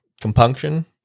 Compunction